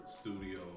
studio